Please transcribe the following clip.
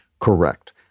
correct